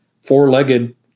Four-legged